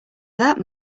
that